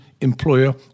employer